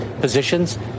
positions